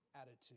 attitude